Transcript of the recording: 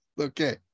okay